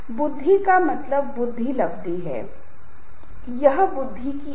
समूह की संरचना के लिए 2 चीजें होती हैं वह है समूह आकार और समूह भूमिका